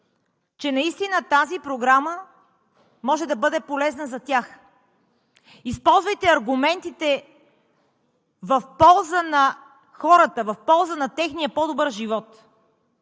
че наистина тази програма може да бъде полезна за тях. Използвайте аргументите в полза на хората, в полза на техния по-добър живот.